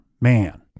man